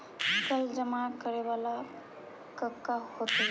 कर जमा ना करे पर कका होतइ?